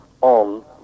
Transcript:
on